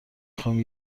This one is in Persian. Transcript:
خوام